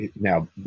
now